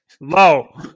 Low